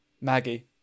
Maggie